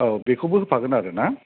औ बेखौबो होफागोन आरोना